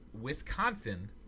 Wisconsin